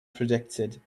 predicted